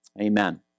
amen